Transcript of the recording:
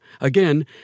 Again